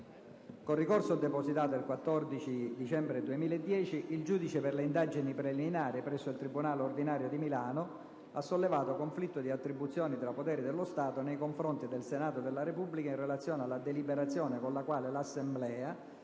con ricorso depositato il 14 dicembre 2010, il Giudice per le indagini preliminari presso il Tribunale di Milano ha sollevato conflitto di attribuzione tra poteri dello Stato nei confronti del Senato della Repubblica in relazione alla deliberazione con la quale l'Assemblea,